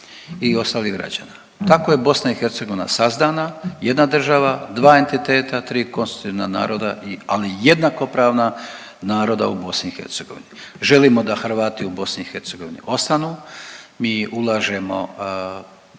i ostalih građana. Tako je BiH sazdana, jedna država, dva entiteta, tri konstitutivna naroda ali jednakopravna naroda u BiH. Želimo da Hrvati u BiH ostanu. Mi ulažemo